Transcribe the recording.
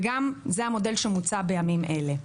וגם זה המודל שמוצע בימים אלה.